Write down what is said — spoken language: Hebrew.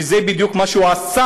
וזה בדיוק מה שהוא עשה,